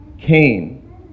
Cain